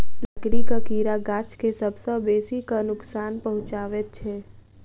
लकड़ीक कीड़ा गाछ के सभ सॅ बेसी क नोकसान पहुचाबैत छै